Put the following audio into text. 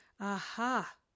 Aha